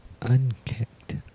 unkept